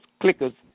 clickers